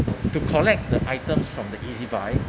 to collect items from the E_Z buy